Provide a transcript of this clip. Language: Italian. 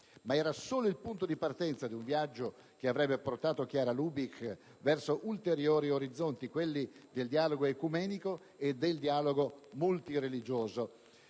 Era solo il punto di partenza di un viaggio che avrebbe portato Chiara Lubich verso ulteriori orizzonti: quelli del dialogo ecumenico e del dialogo multireligioso.